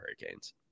Hurricanes